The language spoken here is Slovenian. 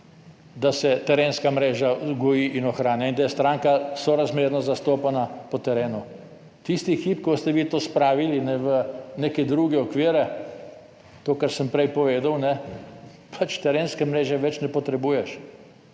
da se terenska mreža goji in ohranja in da je stranka sorazmerno zastopana po terenu. Tisti hip, ko ste vi to spravili v neke druge okvire, to, kar sem prej povedal, pač terenske mreže več ne potrebuješ.